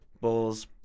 Bulls